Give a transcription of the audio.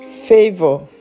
favor